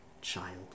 child